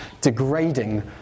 degrading